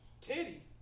Teddy